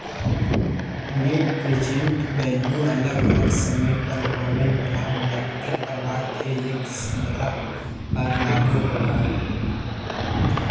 net present value अलग अलग समय पर होवय वला नकदी प्रवाह के एक श्रृंखला पर लागू होवय हई